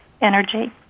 energy